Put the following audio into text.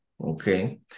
okay